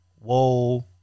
whoa